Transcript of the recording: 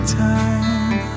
time